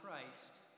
Christ